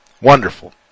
Wonderful